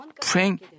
praying